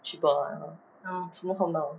cheaper [what] uh 什么都看不到